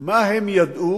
מה הם ידעו